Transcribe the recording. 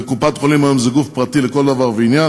וקופת-חולים היום זה גוף פרטי לכל דבר ועניין,